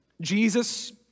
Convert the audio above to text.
Jesus